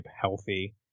healthy